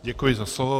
Děkuji za slovo.